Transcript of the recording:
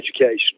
education